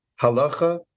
halacha